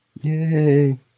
Yay